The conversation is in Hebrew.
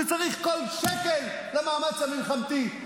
כשצריך כל שקל למאמץ המלחמתי?